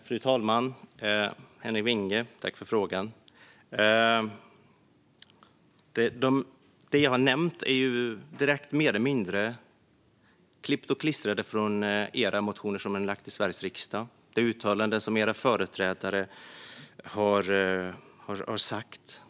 Fru talman! Tack för frågan, Henrik Vinge! Det jag har nämnt är mer eller mindre klippt och klistrat från SD:s motioner som har väckts i Sveriges riksdag. Det är uttalanden som era företrädare har gjort.